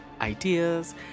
ideas